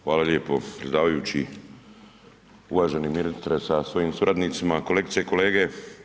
Hvala lijepo predsjedavajući, uvaženi ministre sa svojim suradnicima, kolegice i kolege.